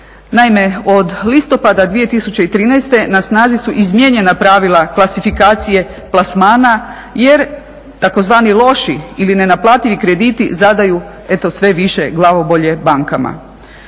Naime, od listopada 2013. na snazi su izmijenjena pravila klasifikacije plasmana jer tzv. loši ili nenaplativi krediti zadaju, eto, sve više glavobolje bankama.